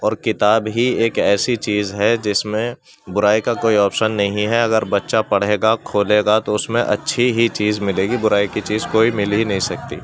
اور کتاب ہی ایک ایسی چیز ہے جس میں برائی کا کوئی آپشن نہیں ہے اگر بچہ پڑھے گا کھولے گا تو اس میں اچھی ہی چیز ملے گی برائی کی چیز کوئی مل ہی نہیں سکتی